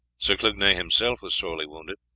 sir clugnet himself was sorely wounded.